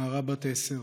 נערה בת 10,